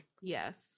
Yes